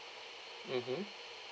mmhmm